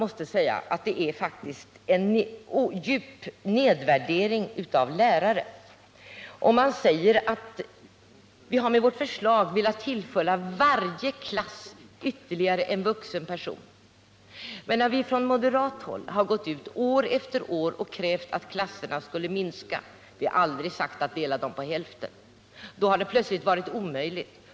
Det innebär en djup nedvärdering av lärarna när socialdemokraterna säger att de med sitt förslag velat tillföra varje klass ytterligare en vuxen person, men när vi på moderat håll år efter år krävt att klasserna skulle minska — vi har aldrig talat om att halvera klasserna —då har det ansetts vara för dyrt.